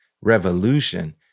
Revolution